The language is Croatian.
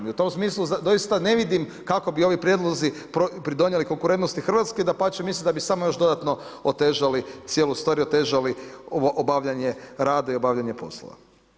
I u tom smislu zaista ne vidim kako bi ovi prijedlozi pridonijeli konkurentnosti Hrvatskoj, dapače, mislim da bi samo još dodatno otežali cijelu stvar i otežali obavljanje rada i obavljanje poslova.